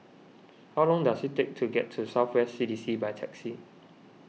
how long does it take to get to South West C D C by taxi